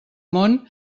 món